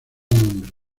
nombre